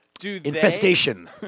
Infestation